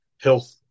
health